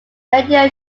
radio